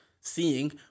seeing